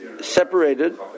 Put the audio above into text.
separated